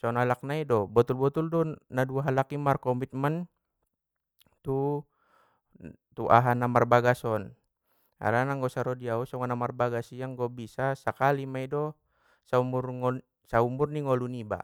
songon alak nai do, botul botol do na dua alak i mar komitmen, tu aha na marbagas on harana anggo saro di au songon na marbagas i anggo bisa sakali maia do saumur nggon saumur ni ngolu niba.